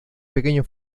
pequeño